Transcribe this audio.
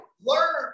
Learn